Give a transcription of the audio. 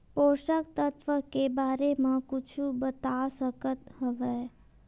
पोषक तत्व के बारे मा कुछु बता सकत हवय?